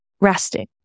resting